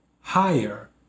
higher